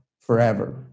forever